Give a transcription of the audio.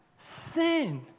sin